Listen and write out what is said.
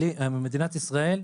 במדינת ישראל,